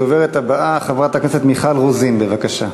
הדוברת הבאה, חברת הכנסת מיכל רוזין, בבקשה.